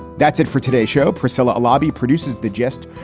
that's it for today's show, pricella lobby produces the gist.